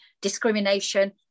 discrimination